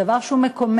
דבר שהוא מקומם,